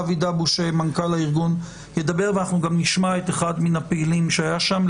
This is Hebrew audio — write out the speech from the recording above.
אבי דבוש מנכ"ל הארגון ידבר ואנחנו גם נשמע את אחד מהפעילים שהיה שם,